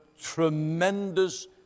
Tremendous